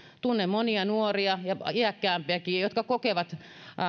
tunnen monia nuoria ja iäkkäämpiäkin jotka kokevat